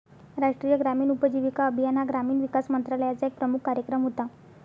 राष्ट्रीय ग्रामीण उपजीविका अभियान हा ग्रामीण विकास मंत्रालयाचा एक प्रमुख कार्यक्रम होता